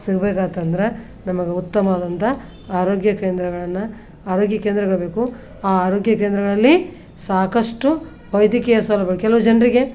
ಸಿಗ್ಬೇಕಾತಂದ್ರೆ ನಮಗೆ ಉತ್ತಮವಾದಂಥ ಆರೋಗ್ಯ ಕೇಂದ್ರಗಳನ್ನು ಆರೋಗ್ಯ ಕೇಂದ್ರಗಳು ಬೇಕು ಆ ಆರೋಗ್ಯ ಕೇಂದ್ರಗಳಲ್ಲಿ ಸಾಕಷ್ಟು ವೈದ್ಯಕೀಯ ಸೌಲಭ್ಯ ಕೆಲವು ಜನರಿಗೆ